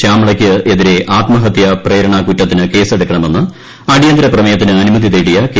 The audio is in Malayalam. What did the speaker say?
ശ്യാമളയ്ക്ക് എതിരെ ആത്മഹത്യ പ്രേരണാകുറ്റത്തിന് കേസെടുക്കണമെന്ന് അടിയന്തര പ്രമ്മേയ്ക്കിത് അനുമതി തേടിയ കെ